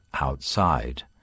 outside